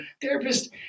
therapist